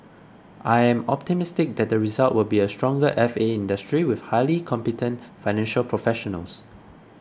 I am optimistic that the result will be a stronger F A industry with highly competent financial professionals